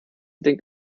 denkt